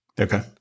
Okay